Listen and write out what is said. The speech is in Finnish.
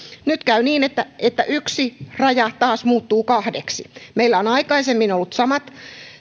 nyt käy niin että että yksi raja taas muuttuu kahdeksi meillä on aikaisemmin ollut samat